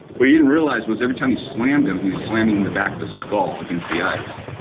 what he didn't realize was every time he slammed him he was swimming the back of his skull against the ice.